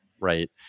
right